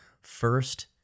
first